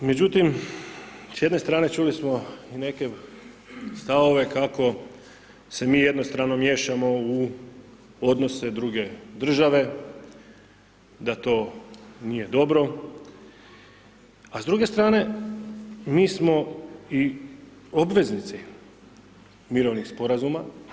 Međutim, s jedne strane čuli smo neke stavove kako se mi jednostrano miješamo u odnose druge države da to nije dobro, a s druge strane mi smo i obveznici mirovnih sporazuma.